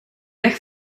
weg